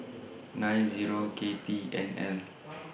nine Zero K T N L